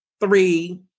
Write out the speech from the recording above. three